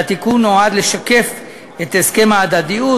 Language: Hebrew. והתיקון נועד לשקף את הסכם ההדדיות,